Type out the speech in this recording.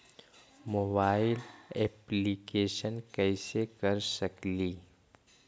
Mobile application कैसे कर सकेली?